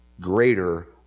greater